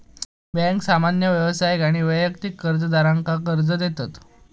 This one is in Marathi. बँका सामान्य व्यावसायिक आणि वैयक्तिक कर्जदारांका कर्ज देतत